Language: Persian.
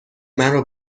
مرا